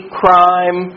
crime